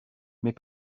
mais